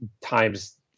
times